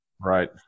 Right